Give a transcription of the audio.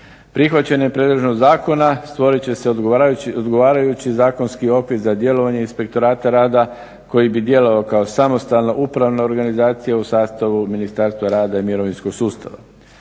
Prihvaćanjem predloženog zakona stvorit će se odgovarajući zakonski okvir za djelovanje Inspektorata rada koji bi djelovao kao samostalna upravna organizacija u sastavu Ministarstva rada i mirovinskog sustava.